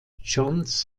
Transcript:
johns